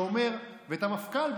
ואת המפכ"ל,